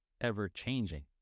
ever-changing